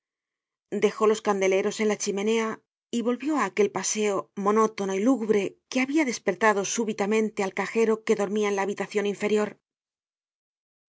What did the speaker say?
dejó los candeleros en la chimenea y volvió á aquel paseo monótono y lúgubre que habia despertado súbitamente al cajero que dormia en la habitacion inferior